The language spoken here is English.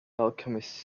alchemist